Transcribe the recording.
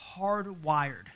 hardwired